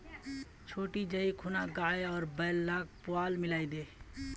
छोटी जाइ खूना गाय आर बैल लाक पुआल मिलइ दे